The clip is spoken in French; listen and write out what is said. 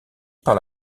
par